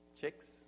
Chicks